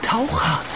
Taucher